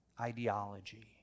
ideology